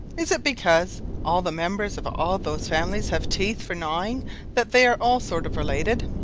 is it because all the members of all those families have teeth for gnawing that they are all sort of related?